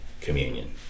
communion